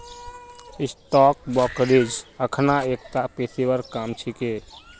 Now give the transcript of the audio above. stock brokerage अखना एकता पेशेवर काम छिके